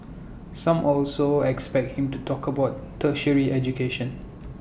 some also expect him to talk about tertiary education